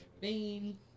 Bean